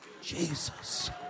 Jesus